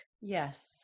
Yes